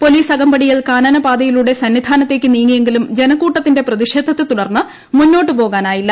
police അകമ്പടിയിൽ കാനന പാതയിലൂടെ സന്നിധാനത്തേക്ക് നീങ്ങിയെങ്കിലും ജനക്കൂട്ടത്തിന്റെ പ്രതിഷേധത്തെ തുടർന്ന് മുന്നോട്ടു പോകാൻ ആയില്ല